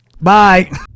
Bye